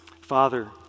Father